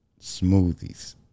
Smoothies